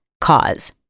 Cause